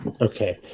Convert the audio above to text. Okay